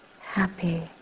happy